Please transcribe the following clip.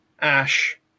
ash